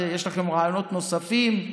יש לכם רעיונות נוספים,